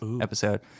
episode